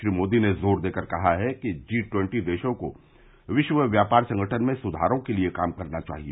श्री मोदी ने जोर देकर कहा है कि जी ट्वेन्दी देशों को विश्व व्यापार संगठन में सुधारों के लिए काम करना चाहिए